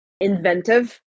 inventive